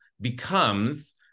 becomes